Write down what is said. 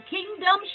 Kingdom